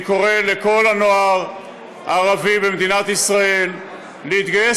אני קורא לכל הנוער הערבי במדינת ישראל להתגייס